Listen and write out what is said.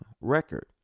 record